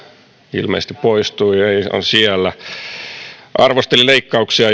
ilmeisesti poistui ei on siellä arvosteli leikkauksia